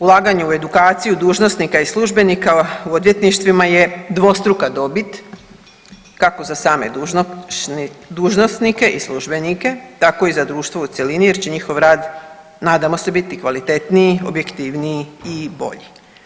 Ulaganje u edukaciju dužnosnika i službenika u odvjetništvima je dvostruka dobit kako za same dužnosnike i službenike, tako i za društvo u cjelini jer će njihov rad nadamo se biti kvalitetniji, objektivniji i bolji.